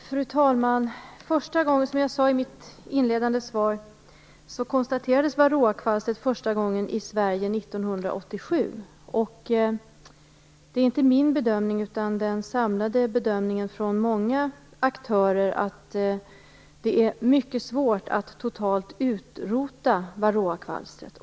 Fru talman! Som jag sade i mitt inledande svar konstaterades varroakvalstret första gången i Sverige 1987. Det är inte min bedömning utan den samlade bedömningen från många aktörer att det är mycket svårt att totalt utrota varroakvalstret.